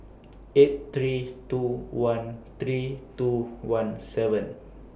eight three two one three two one seven